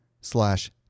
slash